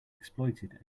exploited